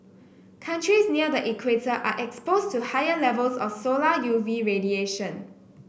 countries near the equator are exposed to higher levels of solar U V radiation